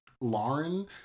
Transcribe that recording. Lauren